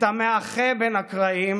את המאחה בין הקרעים,